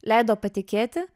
leido patikėti